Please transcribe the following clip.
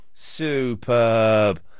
Superb